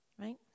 Right